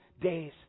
days